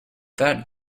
that